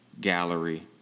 gallery